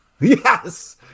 Yes